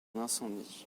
incendie